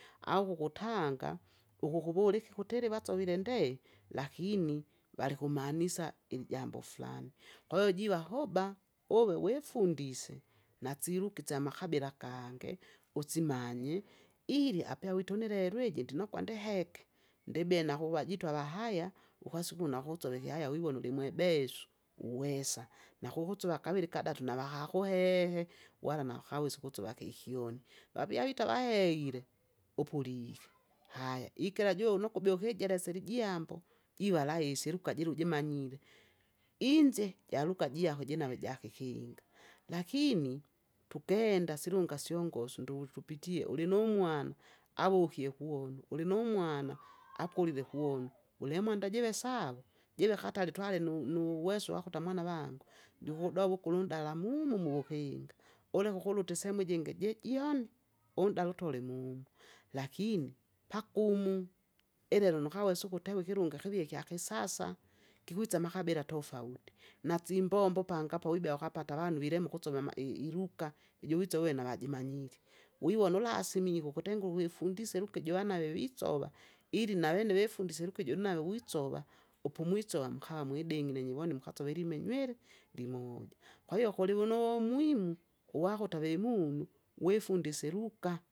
Au ukukutanga, ukukuvula iki kuti ili wasovile ndee, lakini valikumanisa ilijambo flani. Kwahiyo jiva hoba uwe wifundise nasiruga isyamakabila akange usimanye ili apia witunile iji ndinokwa ndiheke, ndibie nakuvajitu avahaya, ukasuku nakusove ikihaya wiwona ulimwebesu, uwesa. Nakukusuva kaviri kadatu navahakuhehe wala nakawesa ukusova kikyoni. Vabyawita vahehile upulike, haya ikela joni ukubea ukujesela ijambo jiva rahisi luga jira ujimanyire. Inze jaluga jiako jinave jakikinga, lakini tukenda silunga syongosu ndulu tupiitia, ulinumwana, avukie kuwonu, ulinumwana, akolile, kuonu ulemwanda jive sawe, jive katari twalinu- nuweso wakuta mwana wangu ndikukudova ukulundalamu mumumo, uwukinga. Uleke ukuluta isehemu ijingi jejioni, unndala utole mumu lakini, pakumu, elelo nukawesa ukutewa ikilunga kivie kyakisasa. m kikwisa amakabila tofauti. Nasimbombo pangapo wibea ukapata avanu vilema ukusova ama- e- iluga, ijuwise uwe navajimanyire. Wiwona ulasimi jikukutengu uwifundise iluga ijuanawe wisova, ili navene wefundise iliga ijunave wisova upumwisova mkamwidengine nyivone mkasovile imenyu ili! limoja. Kwahiyo kulinuwumuhimu uwakuta vemunu mwifundise iluga.